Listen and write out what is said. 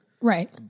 Right